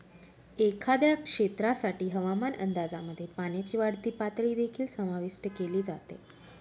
एखाद्या क्षेत्रासाठी हवामान अंदाजामध्ये पाण्याची वाढती पातळी देखील समाविष्ट केली जाते